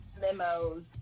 memos